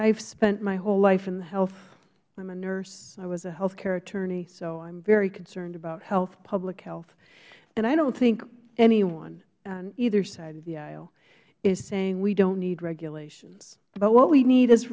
have spent my whole life in the healthh i am a nurse i was a health care attorney so i am very concerned about health public health and i don't think anyone on either side of the aisle is saying we don't need regulations but what we need is